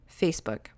Facebook